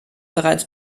bereits